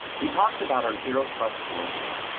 we talked about our zero trust world view.